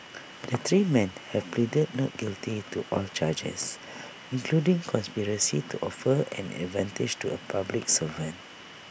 the three man have pleaded not guilty to all charges including conspiracy to offer an advantage to A public servant